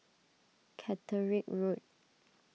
Caterick Road